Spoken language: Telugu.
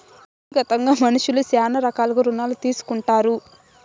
వ్యక్తిగతంగా మనుష్యులు శ్యానా రకాలుగా రుణాలు తీసుకుంటారు